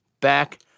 back